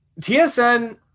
TSN